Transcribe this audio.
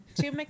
Two